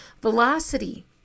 Velocity